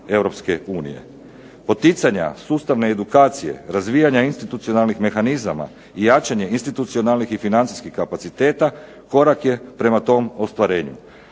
Europske unije. Poticanja sustavne edukacije, razvijanja institucionalnih mehanizama i jačanje institucionalnih i financijskih kapaciteta korak je prema tom ostvarenju,